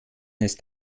ist